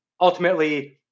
ultimately